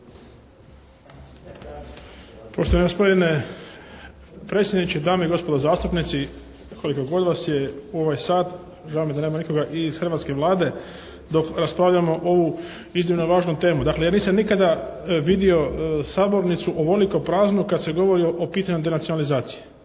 Poštovani gospodine predsjedniče, dame i gospodo zastupnici koliko god vas je u ovaj sat, žao mi je da nema nikoga i iz hrvatske Vlade dok raspravljamo ovu iznimno važnu temu. Dakle ja nisam nikada vidio sabornicu ovoliko praznu kad se govori o pitanju denacionalizacije,